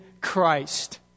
Christ